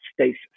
stasis